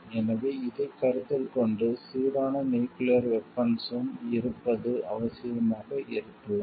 எனவே இதைக் கருத்தில் கொண்டு சீரான நியூக்கிளியர் வெபன்ஸ்ம் இருப்பது அவசியமாக இருக்கலாம்